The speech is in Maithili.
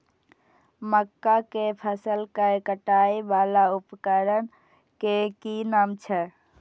मक्का के फसल कै काटय वाला उपकरण के कि नाम छै?